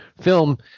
film